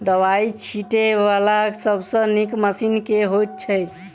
दवाई छीटै वला सबसँ नीक मशीन केँ होइ छै?